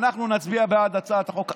אנחנו נצביע בעד הצעת החוק.